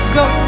go